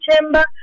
chamber